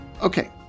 Okay